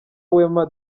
wema